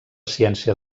ciència